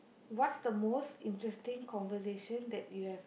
what's the most interesting conversation that you have